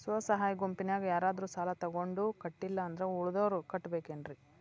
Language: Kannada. ಸ್ವ ಸಹಾಯ ಗುಂಪಿನ್ಯಾಗ ಯಾರಾದ್ರೂ ಸಾಲ ತಗೊಂಡು ಕಟ್ಟಿಲ್ಲ ಅಂದ್ರ ಉಳದೋರ್ ಕಟ್ಟಬೇಕೇನ್ರಿ?